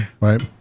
Right